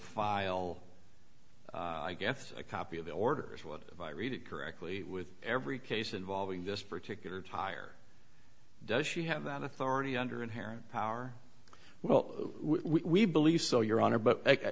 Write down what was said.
file i guess a copy of the orders what if i read it correctly with every case involving this particular tire does she have that authority under inherent power well we believe so your honor but